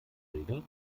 regeln